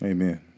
Amen